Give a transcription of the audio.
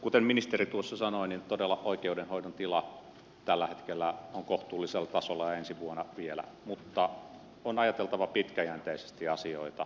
kuten ministeri tuossa sanoi niin todella oikeudenhoidon tila tällä hetkellä on kohtuullisella tasolla ja ensi vuonna vielä mutta on ajateltava pitkäjänteisesti asioita